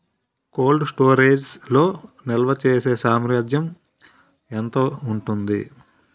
Cold storage లో నిల్వచేసేసామర్థ్యం ఎంత ఉంటుంది?